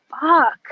fuck